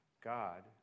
God